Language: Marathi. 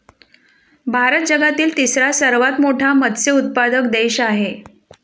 भारत जगातील तिसरा सर्वात मोठा मत्स्य उत्पादक देश आहे